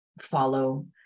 follow